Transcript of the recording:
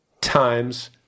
times